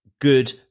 good